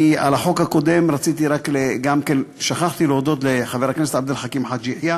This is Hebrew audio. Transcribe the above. על החוק הקודם שכחתי להודות לחבר הכנסת עבד אל חכים חאג' יחיא.